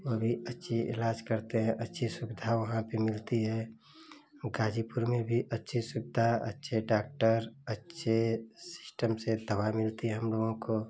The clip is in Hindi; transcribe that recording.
वह भी अच्छा इलाज़ करते हैं अच्छी सुविधा वहाँ भी मिलती है गाज़ीपुर में भी अच्छी सुविधा अच्छे डॉक्टर अच्छे सिस्टम से दवा मिलती है हमलोगों को